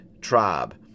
tribe